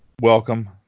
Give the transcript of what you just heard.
welcome